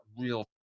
real